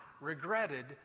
regretted